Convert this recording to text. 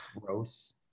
gross